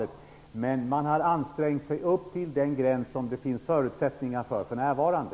Man har i alla fall ansträngt sig till den gräns som det för närvarande finns förutsättningar för.